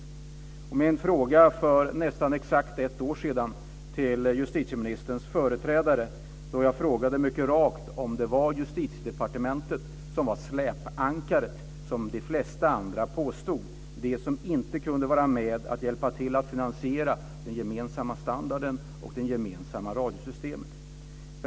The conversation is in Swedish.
Min mycket raka fråga för nästan exakt ett år sedan till justitieministerns företrädare var om det var Justitiedepartementet som var släpankaret, som de flesta andra påstod, som inte kunde vara med och hjälpa till att finansiera den gemensamma standarden och det gemensamma radiosystemet.